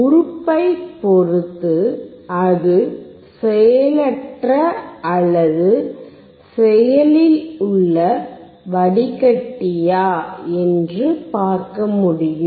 உறுப்பை பொறுத்து அது செயலற்ற அல்லது செயலில் உள்ள வடிகட்டியா என்று பார்க்க முடியும்